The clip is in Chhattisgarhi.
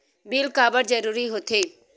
बिल काबर जरूरी होथे?